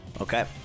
okay